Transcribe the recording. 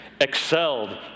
Excelled